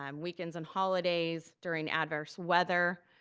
um weekends and holidays, during adverse weather?